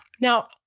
Now